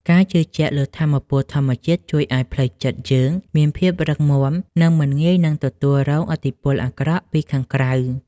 ការជឿជាក់លើថាមពលធម្មជាតិជួយឱ្យផ្លូវចិត្តយើងមានភាពរឹងមាំនិងមិនងាយនឹងទទួលរងឥទ្ធិពលអាក្រក់ពីខាងក្រៅ។